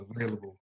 available